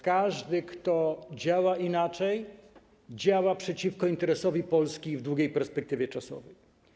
Każdy, kto uważa inaczej, działa przeciwko interesowi Polski w długiej perspektywie czasowej.